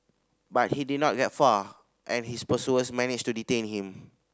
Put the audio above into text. but he did not get far and his pursuers managed to detain him